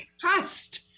Trust